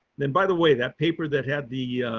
then, by the way, that paper that had the